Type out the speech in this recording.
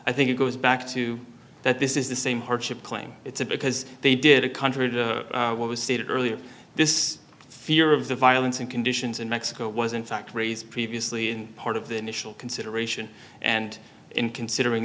i think it goes back to that this is the same hardship claim it's a because they did a country of what was stated earlier this fear of the violence and conditions in mexico was in fact raise previously in part of the initial consideration and in considering